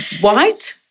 white